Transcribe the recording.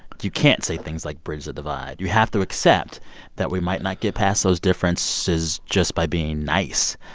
you can't say things like, bridge the divide. you have to accept that we might not get past those differences just by being nice.